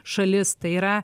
šalis tai yra